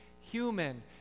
human